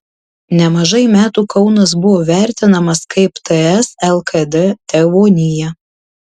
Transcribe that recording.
nemažai metų kaunas buvo vertinamas kaip ts lkd tėvonija